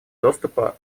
доступа